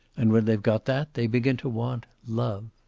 and when they've got that they begin to want love.